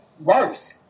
worse